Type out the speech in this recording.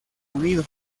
unido